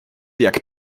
jak